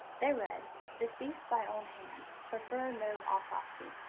they read deceased by own hand prefer no autopsy.